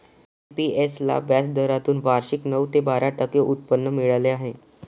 NPS ला व्याजदरातून वार्षिक नऊ ते बारा टक्के उत्पन्न मिळाले आहे